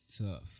tough